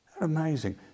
Amazing